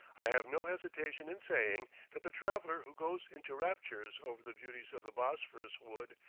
i have no hesitation in saying that the traveller who goes into raptures over the beauties of the bosphorus would,